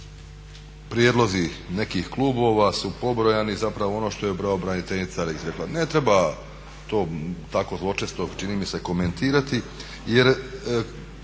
prijedlozi nekih klubova su pobrojani zapravo ono što je pravobraniteljica izrekla. Ne treba to tako zločesto čini mi se komentirati jer